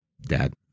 Dad